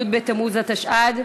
י' בתמוז התשע"ד,